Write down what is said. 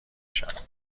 شود